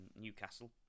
Newcastle